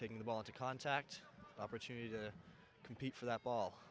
taking the ball into contact opportunity to compete for that ball